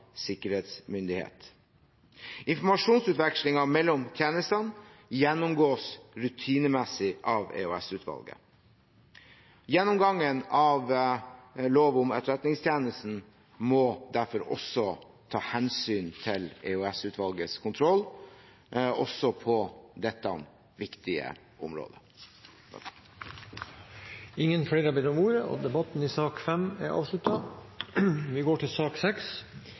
sikkerhetsmyndighet. Informasjonsutvekslingen mellom tjenestene gjennomgås rutinemessig av EOS-utvalget. Gjennomgangen av lov om Etterretningstjenesten må derfor ta hensyn til EOS-utvalgets kontroll også på dette viktige området. Flere har ikke bedt om ordet til sak nr. 5. Når vi ser reportasjer fra drabantbyer i Malmø, Gøteborg, Stockholm, Brüssel eller Paris, er vi raske til